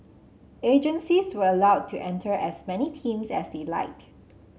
agencies were allowed to enter as many teams as they liked